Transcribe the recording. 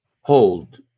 hold